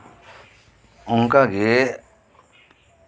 ᱚᱱᱠᱟᱜᱮ